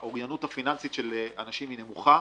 האוריינות הפיננסית של אנשים היא נמוכה,